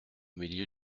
milieu